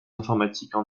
informatiques